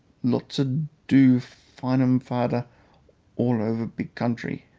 lots a do find um fader all over big country.